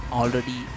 already